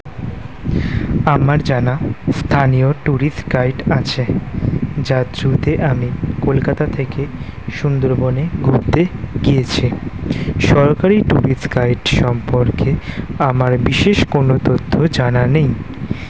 আমার জানা স্থানীয় টুরিস্ট গাইড আছে যার থ্রুতে আমি কলকাতা থেকে সুন্দরবনে ঘুরতে গিয়েছি সরকারি টুরিস্ট গাইড সম্পর্কে আমার বিশেষ কোনো তথ্য জানা নেই